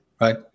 right